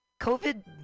COVID